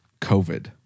COVID